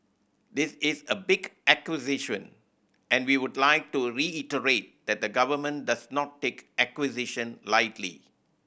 this is a big acquisition and we would like to reiterate that the government does not take acquisition lightly